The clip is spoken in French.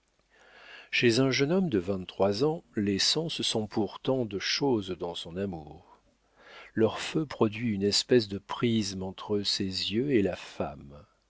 chez un jeune homme de vingt-trois ans les sens sont pour tant de chose dans son amour leur feu produit une espèce de prisme entre ses yeux et la femme